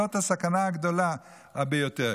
זו הסכנה הגדולה ביותר.